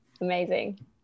amazing